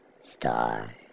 star